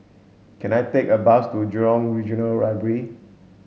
can I take a bus to Jurong Regional Library